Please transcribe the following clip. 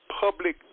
public